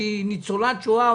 שהם ניצולי שואה,